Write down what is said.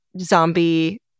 zombie